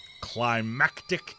Climactic